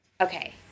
Okay